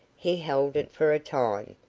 he held it for a time,